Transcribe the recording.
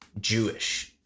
Jewish